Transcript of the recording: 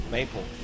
Maple